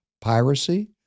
piracy